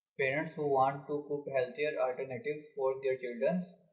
parents who want to cook healthier alternatives for their children.